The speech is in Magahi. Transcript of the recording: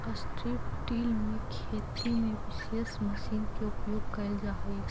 स्ट्रिप् टिल में खेती में विशेष मशीन के उपयोग कैल जा हई